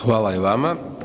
Hvala i vama.